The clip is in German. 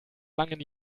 langen